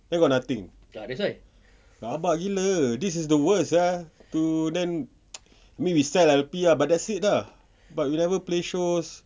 then got nothing rabak gila this is the worst sia to then I mean we sell L_P but that's it ah we never play shows